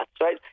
right